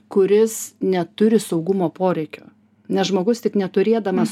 kuris neturi saugumo poreikio ne žmogus tik neturėdamas